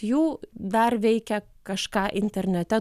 jų dar veikia kažką internete